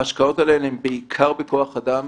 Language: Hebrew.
ההשקעות האלו הן בעיקר בכוח אדם.